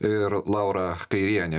ir laura kairienė